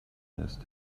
ist